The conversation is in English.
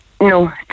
No